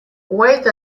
wait